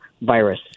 virus